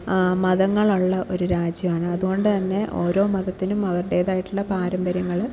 മതങ്ങളുള്ള ഒരു രാജ്യമാണ് അതുകൊണ്ട് തന്നെ ഓരോ മതത്തിനും അവരുടേതായിട്ടുള്ള പാരമ്പര്യങ്ങൾ